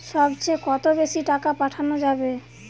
সব চেয়ে কত বেশি টাকা পাঠানো যাবে?